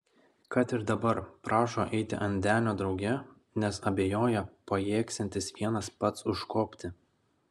kad ir dabar prašo eiti ant denio drauge nes abejoja pajėgsiantis vienas pats užkopti